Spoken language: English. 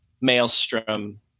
Maelstrom